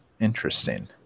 interesting